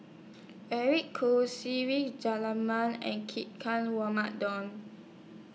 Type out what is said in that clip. Eric Khoo Se Ve and